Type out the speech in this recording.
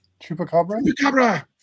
chupacabra